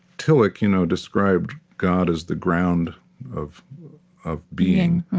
tillich you know described god as the ground of of being.